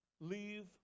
leave